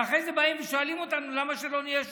ואחרי זה באים ושואלים אותנו למה שלא נהיה שותפים,